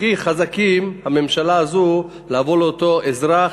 הכי חזקים, הממשלה הזאת, לבוא לאותו אזרח,